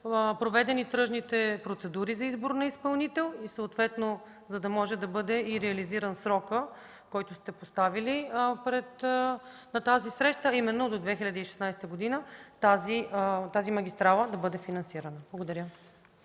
проведени тръжните процедури за избор на изпълнител, за да може да бъде реализиран срокът, който сте поставили на тази среща, а именно до 2016 г. тази магистрала да бъде финансирана? Благодаря.